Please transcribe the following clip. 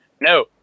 No